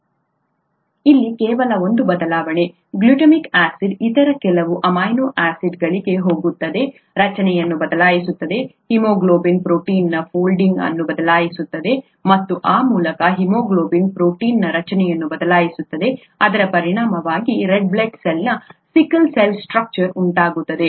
ಇಲ್ಲಿ ಕೇವಲ ಒಂದು ಬದಲಾವಣೆ ಗ್ಲುಟಾಮಿಕ್ ಆಸಿಡ್ ಇತರ ಕೆಲವು ಅಮೈನೋ ಆಸಿಡ್ ಗಳಿಗೆ ಹೋಗುತ್ತದೆ ರಚನೆಯನ್ನು ಬದಲಾಯಿಸುತ್ತದೆ ಹಿಮೋಗ್ಲೋಬಿನ್ ಪ್ರೋಟೀನ್ನ ಫೋಲ್ಡಿಂಗ್ ಅನ್ನು ಬದಲಾಯಿಸುತ್ತದೆ ಮತ್ತು ಆ ಮೂಲಕ ಹಿಮೋಗ್ಲೋಬಿನ್ ಪ್ರೋಟೀನ್ನ ರಚನೆಯನ್ನು ಬದಲಾಯಿಸುತ್ತದೆ ಇದರ ಪರಿಣಾಮವಾಗಿ ರೆಡ್ ಬ್ಲಡ್ ಸೆಲ್ನ ಸಿಕಲ್ ಸೆಲ್ ಸ್ಟ್ರಕ್ಚರ್ ಉಂಟಾಗುತ್ತದೆ